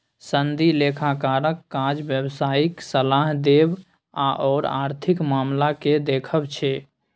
सनदी लेखाकारक काज व्यवसायिक सलाह देब आओर आर्थिक मामलाकेँ देखब छै